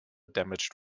damaged